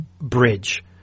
bridge